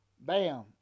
bam